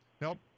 Nope